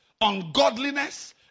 ungodliness